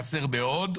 חסרים מאוד,